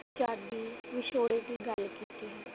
ਆਜ਼ਾਦੀ ਵਿਛੋੜੇ ਦੀ ਗੱਲ ਕੀਤੀ ਹੈ